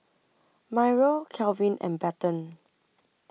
Myrle Calvin and Bethann